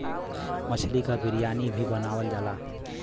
मछली क बिरयानी भी बनावल जाला